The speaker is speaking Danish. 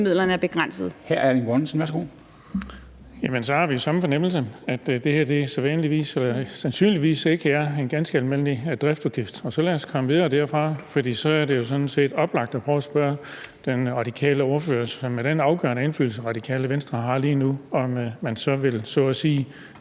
11:30 Erling Bonnesen (V): Jamen så har vi samme fornemmelse, nemlig at det her sandsynligvis ikke er en ganske almindelig driftsudgift. Så lad os komme videre derfra, for så er det jo sådan set oplagt at prøve at spørge den radikale ordfører med den afgørende indflydelse, som Radikale Venstre har lige nu, om man så at sige